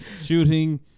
Shooting